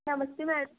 నమస్తే మేడం